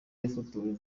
yafotowe